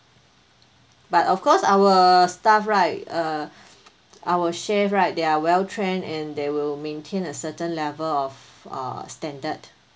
but of course our staff right uh our chef right they are well-trained and they will maintain a certain level of uh standard